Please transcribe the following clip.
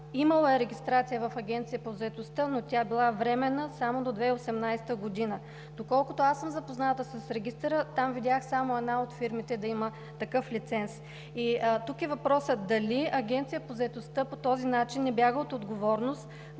имала регистрация в Агенцията по заетостта, но е била временна – само до 2018 г. Доколкото съм запозната с регистъра, там видях само една от фирмите да има такъв лиценз. Тук е въпросът: дали Агенцията по заетостта по този начин не бяга от отговорност